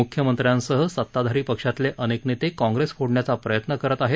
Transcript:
मुख्यमंत्र्यांसह सताधारी पक्षातले अनेक नेते काँग्रेस फोडण्याचा प्रयत्न करत आहेत